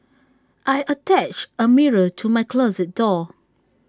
I attached A mirror to my closet door